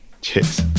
cheers